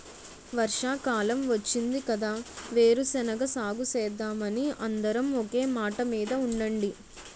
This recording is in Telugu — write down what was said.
వర్షాకాలం వచ్చింది కదా వేరుశెనగ సాగుసేద్దామని అందరం ఒకే మాటమీద ఉండండి